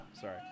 Sorry